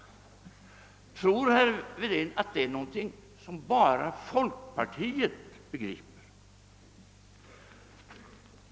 Tror herr Wedén att det är någonting som bara folkpartiet begriper?